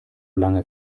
lange